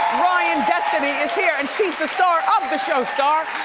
ryan destiny, is here and she's the star of the show star.